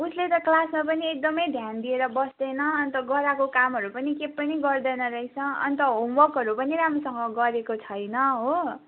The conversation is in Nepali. उसले त क्लासमा पनि एकदमै ध्यान दिएर बस्दैन अन्त गराएको कामहरू पनि केही पनि गर्दैन रहेछ अन्त होमवर्कहरू पनि राम्रोसँग गरेको छैन हो